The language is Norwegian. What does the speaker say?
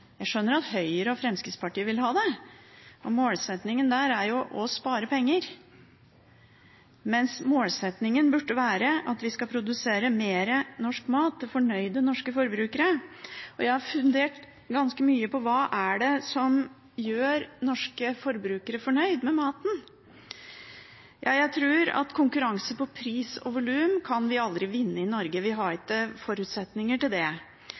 Jeg skjønner at Høyre og Fremskrittspartiet vil ha den, og målsettingen der er å spare penger, mens målsettingen burde være at vi skal produsere mer norsk mat til fornøyde norske forbrukere. Jeg har fundert ganske mye på hva som gjør norske forbrukere fornøyd med maten. Jeg tror vi aldri kan vinne konkurransen på pris og volum i Norge. Vi har ikke forutsetninger for det.